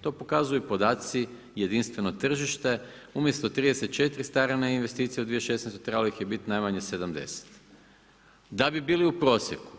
to pokazuju podaci, jedinstveno tržište, umjesto 34 strane investicije u 2016. trebalo ih je biti najmanje 70, da bi bili u prosjeku.